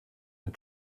and